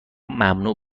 ممنوع